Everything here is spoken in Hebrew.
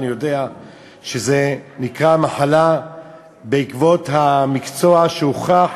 אני יודע שזה נקרא "מחלה בעקבות המקצוע", שהוכח